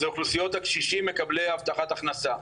זו אוכלוסיות הקשישים מקבלי ההבטחת הכנסה.